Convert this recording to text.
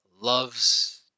Loves